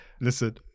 listen